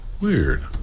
Weird